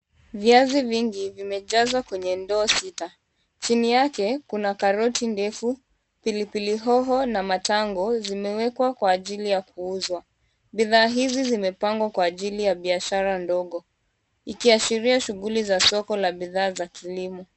Viazi vingi vimejazwa kwenye ndoo sita. Chini yake kuna karoti ndefu, pilipili hoho na matango zimewekwa kwa ajili ya kuuzwa. Bidhaa hizi zimepangwa kwa ajili ya biashara ndogo, ikiashiria shughuli za soko la bidhaa za kilimo.